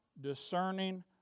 discerning